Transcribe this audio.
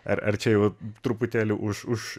ar ar čia jau truputėlį už už